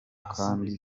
kandi